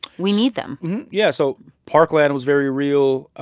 we need them yeah. so parkland was very real. ah